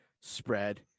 spread